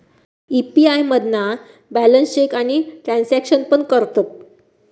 UPI मधना balance check आणि transaction पण करतत